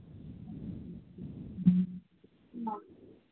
ꯑꯥ